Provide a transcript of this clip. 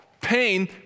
Pain